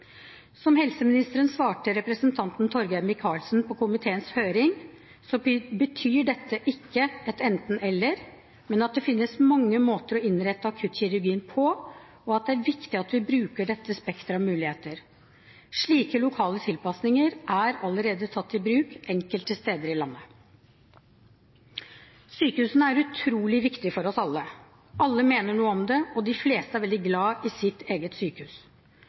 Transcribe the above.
Som helseministeren svarte representanten Torgeir Micaelsen på komiteens høring, betyr dette ikke et enten–eller, men at det finnes mange måter å innrette akuttkirurgien på, og at det er viktig at vi bruker dette spekteret av muligheter. Slike lokale tilpasninger er allerede tatt i bruk enkelte steder i landet. Sykehusene er utrolig viktig for oss alle. Alle mener noe om det, og de fleste er veldig glad i sitt eget sykehus.